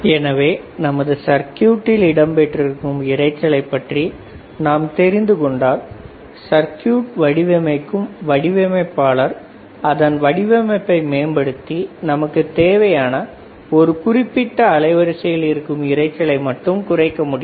எனவே நமது சர்க்யூட்டில் இடம்பெற்றிருக்கும் இரைச்சலை பற்றி நாம் தெரிந்துகொண்டால் சர்க்யூட் வடிவமைக்கும் வடிவமைப்பாளர் அதன் வடிவமைப்பை மேம்படுத்தி நமக்குத் தேவையான ஒரு குறிப்பிட்ட அலைவரிசையில் இருக்கும் இரைச்சலை மட்டும் குறைக்க முடியும்